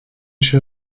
się